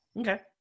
Okay